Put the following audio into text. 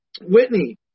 Whitney